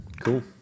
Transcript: Cool